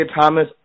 Thomas